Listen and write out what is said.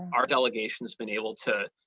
our delegation has been able to